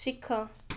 ଶିଖ